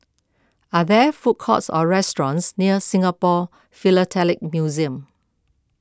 are there food courts or restaurants near Singapore Philatelic Museum